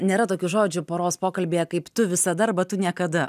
nėra tokių žodžių poros pokalbyje kaip tu visada arba tu niekada